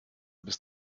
bis